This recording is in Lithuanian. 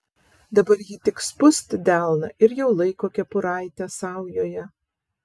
dabar ji tik spust delną ir jau laiko kepuraitę saujoje